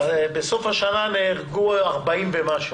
תקשיב, בסוף השנה נהרגו 40 ומשהו,